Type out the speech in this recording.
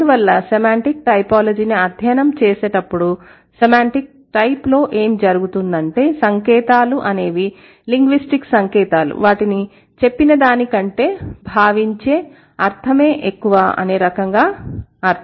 అందువల్ల సెమాంటిక్ టైపోలాజీని అధ్యయనం చేసేటప్పుడు సెమాంటిక్ టైప్ లో ఏమి జరుగుతుందంటే సంకేతాలు అనేవి లింగ్విస్టిక్ సంకేతాలు వాటిని చెప్పిన దాని కంటే భావించే అర్థమే ఎక్కువ అనే రకంగా అర్థం చేసుకోవచ్చు